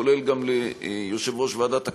כולל גם ליושב-ראש ועדת הכנסת,